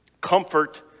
comfort